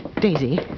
Daisy